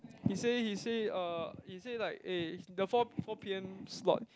he say he say uh he say like eh the four four p_m slot